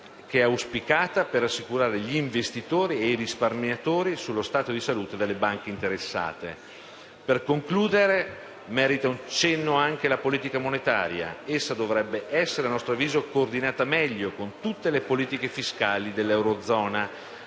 auspicata per rassicurare gli investitori e i risparmiatori sullo stato di salute delle banche interessate. Per concludere, merita un cenno anche la politica monetaria: essa dovrebbe essere, a nostro avviso, coordinata meglio con tutte le politiche fiscali dell'Eurozona